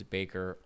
Baker